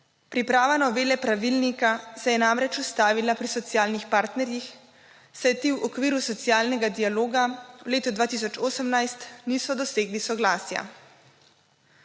Priprava novele pravilnika se je namreč ustavila pri socialnih partnerjih, saj ti v okviru socialnega dialoga v letu 2018 niso dosegli soglasja.